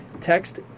text